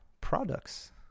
Products